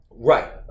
Right